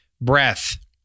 breath